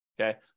okay